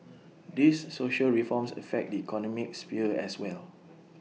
these social reforms affect the economic sphere as well